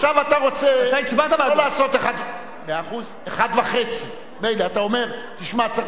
עכשיו אתה רוצה לא לעשות אחד, אתה הצבעת בעדו.